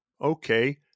Okay